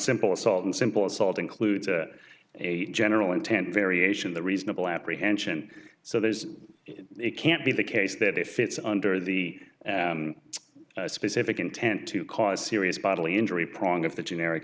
simple assault and simple assault includes a general intent variation the reasonable apprehension so there is it can't be the case that if it's under the specific intent to cause serious bodily injury prong of the generic